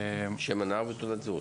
שם הנער ומספר תעודת זהות.